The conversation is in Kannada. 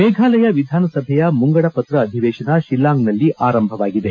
ಮೇಫಾಲಯ ವಿಧಾನಸಭೆಯ ಮುಂಗಡಪತ್ರ ಅಧಿವೇಶನ ಶಿಲ್ಲಾಂಗ್ನಲ್ಲಿ ಆರಂಭವಾಗಿದೆ